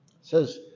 Says